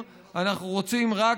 אנחנו לא רוצים אצלנו את האחרים,